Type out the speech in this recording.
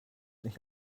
nicht